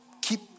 keep